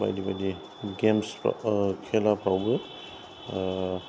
बायदि बायदि गेम्सफोर खेलाफ्रावबो